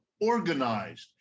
organized